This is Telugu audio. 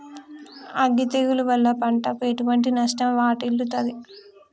అగ్గి తెగులు వల్ల పంటకు ఎటువంటి నష్టం వాటిల్లుతది?